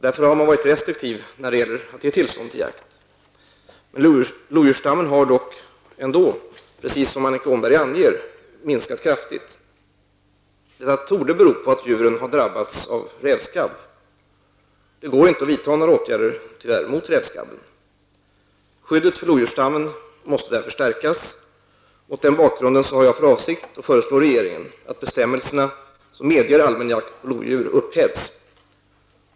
Därför har man varit restriktiv när det gäller tillstånd till jakt. Lodjursstammen har dock, precis som Annika Åhnberg anger, minskat kraftigt. Detta torde bero på att djuren drabbats av rävskabb. Det går tyvärr inte att vidta några åtgärder mot rävskabben. Skyddet för lodjursstammen måste därför stärkas. Mot denna bakgrund har jag för avsikt att föreslå regeringen att bestämmelserna som medger allmän jakt på lodjur upphävs.